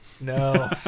No